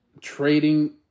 Trading